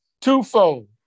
twofold